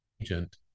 agent